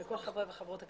לכל חברי וחברות הכנסת,